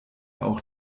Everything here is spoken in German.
auch